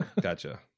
Gotcha